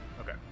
Okay